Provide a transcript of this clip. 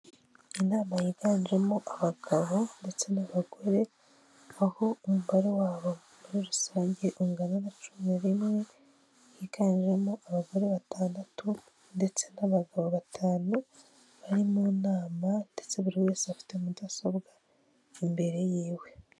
Umukobwa mwiza ufite ibisuko wambaye umupira w'umutuku, akaba imbere ye hari mudasobwa, akaba ari kureba ibiciro by'ibicuruzwa.